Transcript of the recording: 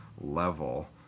level